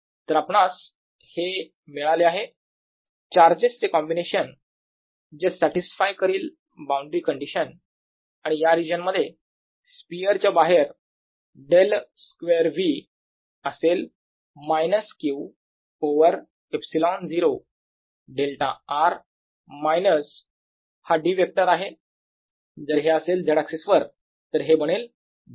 तर आपणास हे मिळाले आहे d d d d charges चे कॉम्बिनेशन जे सॅटिसफाय करेल बाऊंडरी कंडिशन आणि या रिजन मध्ये स्पियरच्या बाहेर डे ल स्क्वेअर V असेल minus q over ε0 delta r minus हा d व्हेक्टर जर हे असेल Z ऍक्सिस वर तर हे बनेल d Z